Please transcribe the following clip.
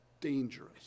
dangerous